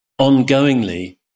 ongoingly